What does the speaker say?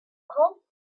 called